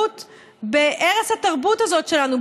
בערש התרבות הזאת שלנו,